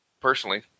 personally